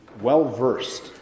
well-versed